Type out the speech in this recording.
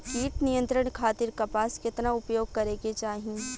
कीट नियंत्रण खातिर कपास केतना उपयोग करे के चाहीं?